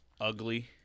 ugly